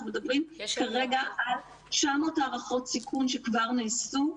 אנחנו מדברים כרגע על 900 הערכות סיכון שכבר נעשו,